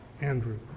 Andrew